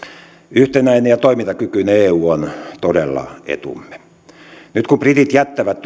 yhtenäinen ja toimintakykyinen eu on todella etumme nyt kun britit jättävät